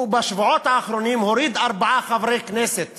בשבועות האחרונים הוא הוריד ארבעה חברי כנסת